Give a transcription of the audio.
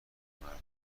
مردم